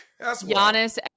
Giannis